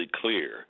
clear